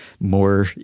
more